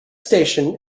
station